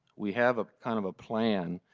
we have ah kind of a plan